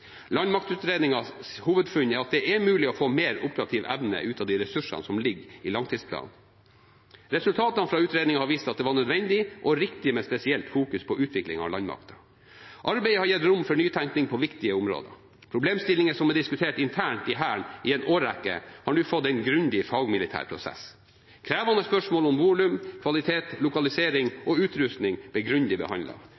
hovedfunn er at det er mulig å få mer operativ evne ut av de ressursene som ligger i langtidsplanen. Resultatene fra utredningen har vist at det var nødvendig og riktig med spesiell fokusering på utvikling av landmakten. Arbeidet har gitt rom for nytenkning på viktige områder. Problemstillinger som er diskutert internt i Hæren i en årrekke, har nå fått en grundig fagmilitær prosess. Krevende spørsmål om volum, kvalitet,